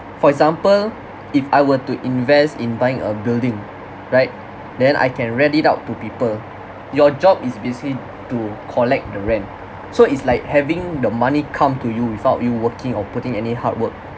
for example if I were to invest in buying a building right then I can rent it out to people your job is basically to collect the rent so it's like having the money come to you without you working or putting any hard work